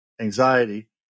anxiety